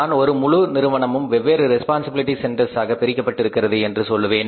நான் ஒரு முழு நிறுவனமும் வெவ்வேறு ரெஸ்பான்சிபிலிட்டி சென்டெர்ஸாக பிரிக்கப் பட்டிருக்கிறது என்று சொல்லுவேன்